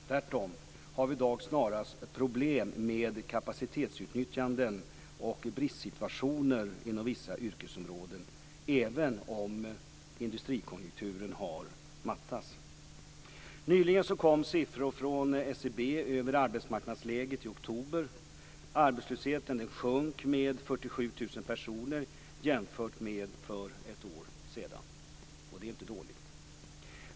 Tvärtom har vi i dag snarast problem med kapacitetsutnyttjandet och bristsituationer inom vissa yrkesområden, även om industrikonjunkturen har mattats. Nyligen kom siffror från SCB över arbetsmarknadsläget i oktober. Arbetslösheten sjönk med 47 000 personer jämfört med för ett år sedan. Och det är inte dåligt.